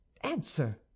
Answer